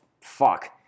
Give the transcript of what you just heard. fuck